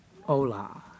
hola